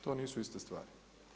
To nisu iste stvari.